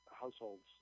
households